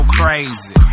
crazy